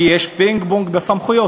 כי יש פינג-פונג בסמכויות.